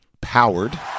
Powered